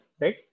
right